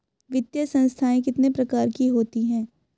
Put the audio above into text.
वित्तीय संस्थाएं कितने प्रकार की होती हैं?